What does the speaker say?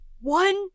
one